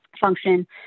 function